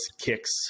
kicks